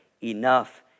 enough